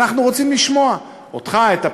אנחנו רוצים לשמוע אותך, את הפקידים,